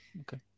Okay